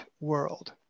world